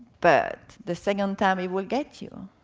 but, the second time he will get you.